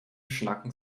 schnacken